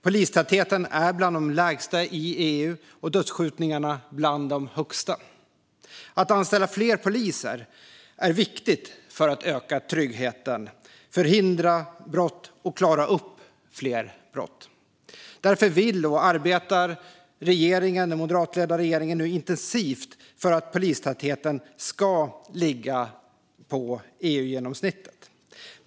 Polistätheten är bland de lägsta i EU, och dödsskjutningarna bland de högsta. Att anställa fler poliser är viktigt för att öka tryggheten och för att förhindra och klara upp fler brott. Därför vill den moderatledda regeringen att polistätheten ska ligga på EU-genomsnittet och arbetar nu intensivt för detta.